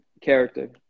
character